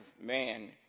man